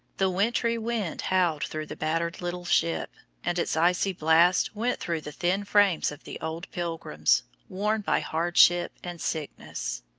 the wintry wind howled through the battered little ship, and its icy blasts went through the thin frames of the old pilgrims, worn by hardship and sickness.